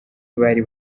bari